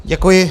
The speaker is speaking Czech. Děkuji.